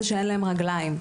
זה שאין להם רגליים.